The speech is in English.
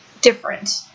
different